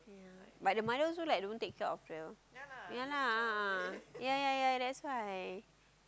but the mother also like don't take care of her ya lah ya ya ya that's why